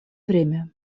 время